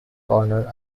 corner